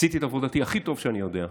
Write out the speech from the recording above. עשיתי את עבודתי הכי טוב שאני יודע,